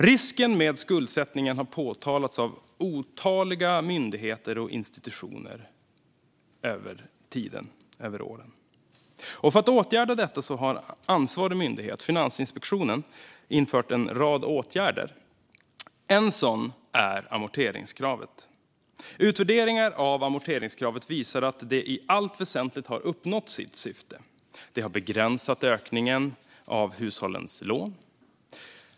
Risken med skuldsättningen har påtalats av otaliga myndigheter och institutioner genom åren. För att åtgärda detta har ansvarig myndighet, Finansinspektionen, infört en rad åtgärder. En sådan är amorteringskravet. Utvärderingar av amorteringskravet visar att det i allt väsentligt har uppnått sitt syfte. Det har begränsat ökningen av hushållens lån.